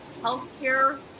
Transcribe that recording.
Healthcare